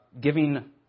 giving